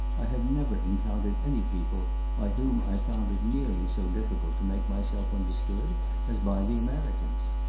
i have never encountered any people by whom i found it nearly so difficult to make myself understood as by the americans.